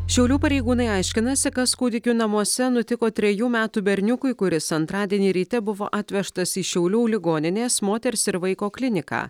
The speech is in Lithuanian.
šiaulių pareigūnai aiškinasi kas kūdikių namuose nutiko trejų metų berniukui kuris antradienį ryte buvo atvežtas į šiaulių ligoninės moters ir vaiko kliniką